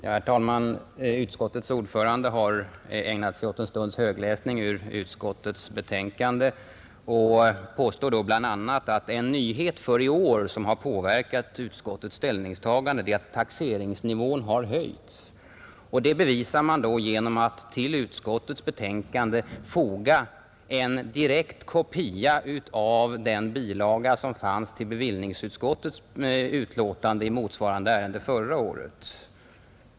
Herr talman! Utskottets ordförande ägnade sig här åt en stunds högläsning ur utskottets betänkande och påstod bl. a, att en nyhet för i år som påverkat utskottets ställningstagande är att taxeringsnivån har höjts. För att bevisa detta har man till utskottets betänkande fogat en kopia av den bilaga som fanns med till bevillningsutskottets utlåtande i motsvarande ärende förra året.